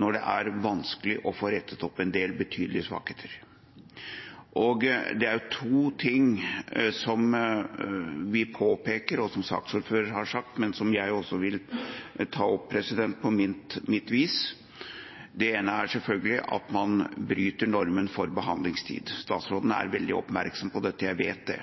når det er vanskelig å få rettet opp en del betydelige svakheter. Det er to ting vi påpeker, som saksordføreren har sagt, men som jeg også vil ta opp på mitt vis. Det ene er selvfølgelig at man bryter normen for behandlingstid. Statsråden er veldig oppmerksom på dette – jeg vet det.